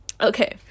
okay